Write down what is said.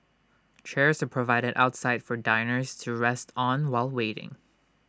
chairs are provided outside for diners to rest on while waiting